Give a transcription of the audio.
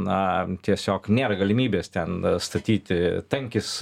na tiesiog nėra galimybės ten statyti tankis